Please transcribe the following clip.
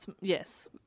Yes